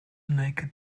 naked